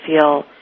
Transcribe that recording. feel